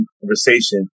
conversation